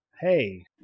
Hey